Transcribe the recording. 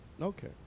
Okay